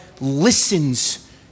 listens